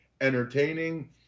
entertaining